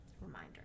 reminder